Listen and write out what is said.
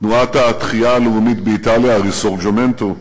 תנועת התחייה הלאומית באיטליה, הריסורג'ימנטו,